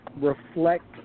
Reflect